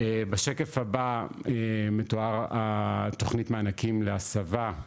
בשקף הבא מתואר תוכנית המענקים להסבה,